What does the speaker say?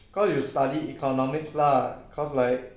cause you study economics lah cause like